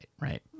right